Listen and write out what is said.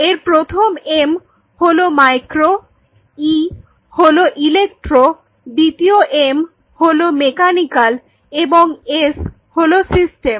এর প্রথম এম্ হলো মাইক্রো ই হলো ইলেক্ট্রো দ্বিতীয় এম্ হলো মেকানিক্যাল এবং এস্ হলো সিস্টেম